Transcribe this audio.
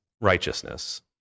Righteousness